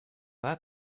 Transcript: that